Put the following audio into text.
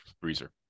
freezer